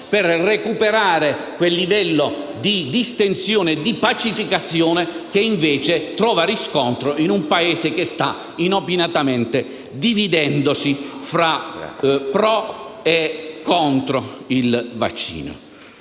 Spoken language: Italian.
per recuperare quel livello di distensione e pacificazione che invece non trova riscontro in un Paese che si sta inopinatamente dividendo tra *pro* e contro i vaccini.